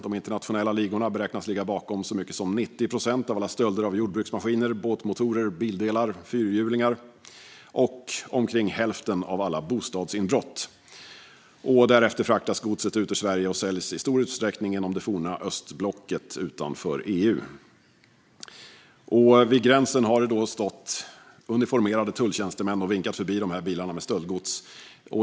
De internationella ligorna beräknas ligga bakom så mycket som 90 procent av alla stölder av jordbruksmaskiner, båtmotorer, bildelar och fyrhjulingar och omkring hälften av alla bostadsinbrott. Därefter fraktas godset ut ur Sverige och säljs i stor utsträckning inom det forna östblocket utanför EU. Vid gränsen har det stått uniformerade tulltjänstemän och vinkat förbi bilarna med stöldgods.